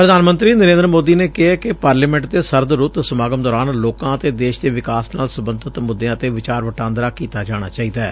ਪ੍ਰਧਾਨ ਮੰਤਰੀ ਨਰੇਂਦਰ ਮੋਦੀ ਨੇ ਕਿਹੈ ਕਿ ਪਾਰਲੀਮੋਂਟ ਦੇ ਸਰਦ ਰੁੱਤ ਸਮਾਗਮ ਦੌਰਾਨ ਲੋਕਾਂ ਅਤੇ ਦੇਸ਼ ਦੇ ਵਿਕਾਸ ਨਾਲ ਸਬੰਧਤ ਮੁੱਦਿਆਂ ਤੇ ਵਿਚਾਰ ਵਟਾਂਦਰਾ ਕੀਤਾ ਜਾਣਾ ਚਾਹੀਦੈ